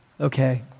Okay